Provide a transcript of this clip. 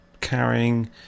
carrying